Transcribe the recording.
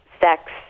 sex